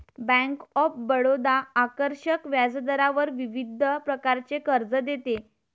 bank of Baroda आकर्षक व्याजदरावर विविध प्रकारचे कर्ज देते